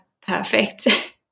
perfect